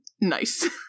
Nice